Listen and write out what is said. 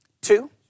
Two